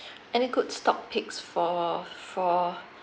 any good stock picks for for